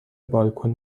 بالکن